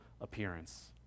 appearance